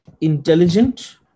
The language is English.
intelligent